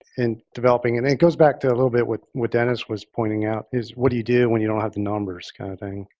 and developing and it goes back to a little bit with what dennis was pointing out is what do you do when you don't have the numbers kind of thing?